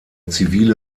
zivile